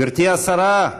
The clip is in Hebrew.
גברתי השרה,